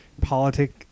politics